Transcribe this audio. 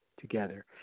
together